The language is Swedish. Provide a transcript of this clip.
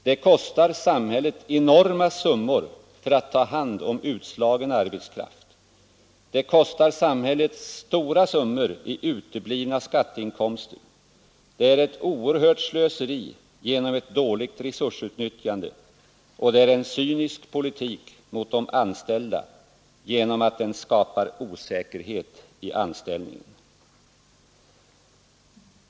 Det kostar samhället enorma summor för att ta hand om utslagen arbetskraft, det kostar samhället stora summor i uteblivna skatteinkomster, det är ett oerhört slöseri genom ett dåligt resursutnyttjande och det är en cynisk politik mot de anställda genom att den skapar osäkerhet i anställningen.